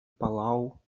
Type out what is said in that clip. палау